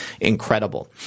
incredible